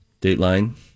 Dateline